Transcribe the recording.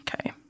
Okay